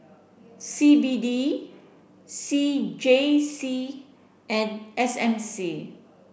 C B D C J C and S M C